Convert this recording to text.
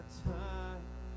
time